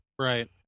right